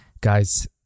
guys